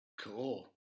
cool